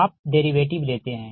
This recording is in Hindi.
आप डेरिवेटिव लेते हैं